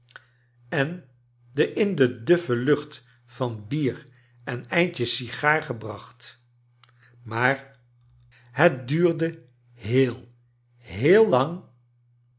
en kleine dorrit in de duffe luoht van bier en eindjes sigaar gebracht maar het duurde heel heel lang